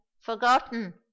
forgotten